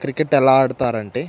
cricket ఎలా ఆడతారంటే